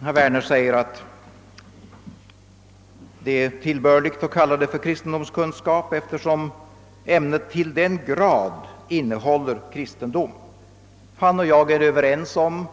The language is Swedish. Herr talman! Herr Werner säger att det är tillbörligt att kalla ämnet kristendomskunskap, eftersom ämnet »till den grad» innehåller kristendom. Han och jag är ense om